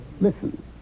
Listen